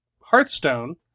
Hearthstone